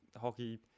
hockey